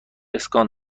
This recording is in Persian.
اسکان